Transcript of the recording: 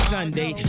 Sunday